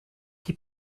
qui